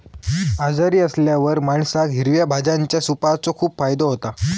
आजारी असल्यावर माणसाक हिरव्या भाज्यांच्या सूपाचो खूप फायदो होता